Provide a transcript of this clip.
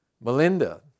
Melinda